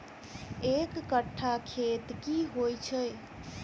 एक कट्ठा खेत की होइ छै?